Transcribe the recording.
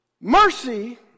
Mercy